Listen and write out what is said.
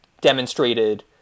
demonstrated